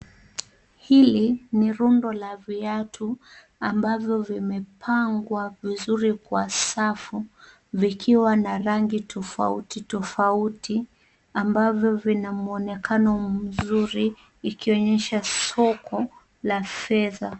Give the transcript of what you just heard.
Hili ni rundo la viatu ambavyo vimepangwa vizuri kwa safu, vikiwa na rangi tofauti tofauti, ambavyo vina mwonekano mzuri ikionyesha soko la fedha.